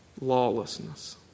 Lawlessness